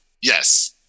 Yes